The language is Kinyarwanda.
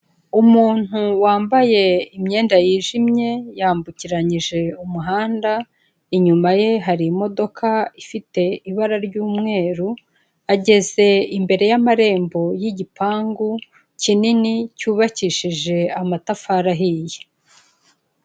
Umuntu wambaye imyenda yijimye, yambukiranyije umuhanda, inyuma ye hari imodoka ifite ibara ry'umweru, ageze imbere y'amarembo y'igipangu kinini cyubakishije amatafari ahiye.